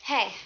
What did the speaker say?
Hey